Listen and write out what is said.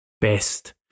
best